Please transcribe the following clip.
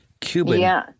Cuban